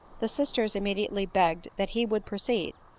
the sisters im mediately begged that he would proceed,